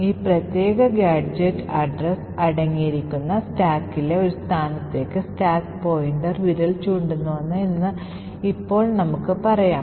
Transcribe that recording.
ഈ പ്രത്യേക ഗാഡ്ജെറ്റ് വിലാസം അടങ്ങിയിരിക്കുന്ന സ്റ്റാക്കിലെ ഒരു സ്ഥാനത്തേക്ക് സ്റ്റാക്ക് പോയിന്റർ വിരൽ ചൂണ്ടുന്നുവെന്ന് ഇപ്പോൾ നമുക്ക് പറയാം